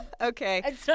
Okay